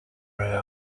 rare